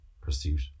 pursuit